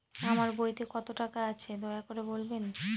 আমার বইতে কত টাকা আছে দয়া করে বলবেন?